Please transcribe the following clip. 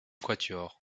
quatuor